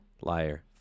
Liar